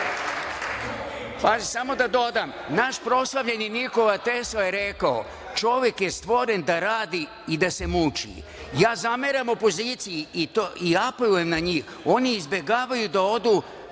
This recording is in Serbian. podržim. Samo da dodam, naš proslavljeni Nikola Tesla je rekao - Čovek je stvoren da radi i da se muči. Ja zameram opoziciji i apelujem na njih, oni izbegavaju da odu